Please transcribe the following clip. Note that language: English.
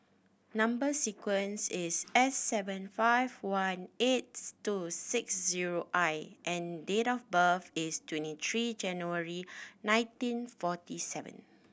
number sequence is S seven five one eights two six zero I and date of birth is twenty three January nineteen forty seven